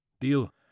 Deal